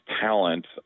talent